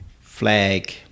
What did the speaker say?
flag